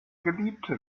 geliebte